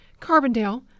Carbondale